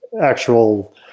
actual